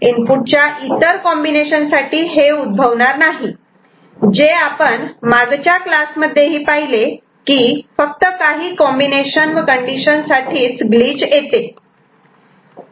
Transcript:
इनपुटच्या इतर कॉम्बिनेशन साठी हे उद्भवणार नाही जे आपण मागच्या क्लासमध्ये ही पाहिले की ग्लिच फक्त काही कॉम्बिनेशन व कंडीशन साठीच येते